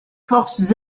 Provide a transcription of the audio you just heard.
forces